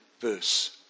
verse